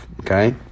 okay